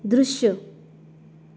दृश्य